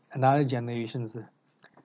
another generations ah